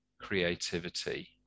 creativity